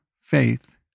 faith